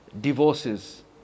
divorces